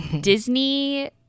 Disney